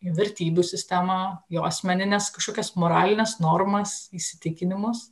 į vertybių sistemą jo asmenines kažkokias moralines normas įsitikinimus